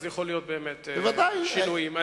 אז יכולים באמת להיות שינויים.